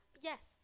yes